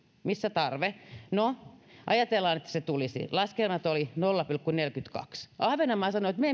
missä tarve no ajatellaan että se tulisi laskelmat olivat nolla pilkku neljäkymmentäkaksi ahvenanmaa sanoi että me